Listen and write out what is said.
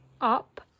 up